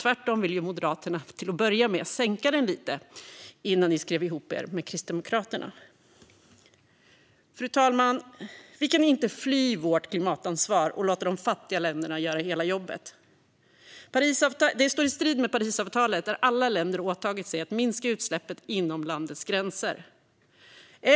Tvärtom ville ju ni i Moderaterna till att börja med sänka den lite, innan ni skrev ihop er med Kristdemokraterna. Fru talman! Vi kan inte fly vårt klimatansvar och låta de fattiga länderna göra hela jobbet. Det står i strid med Parisavtalet, där alla länder åtagit sig att minska utsläppen inom landets gränser.